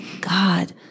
God